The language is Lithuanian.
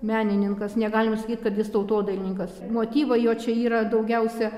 menininkas negalima sakyt kad jis tautodailininkas motyvai jo čia yra daugiausia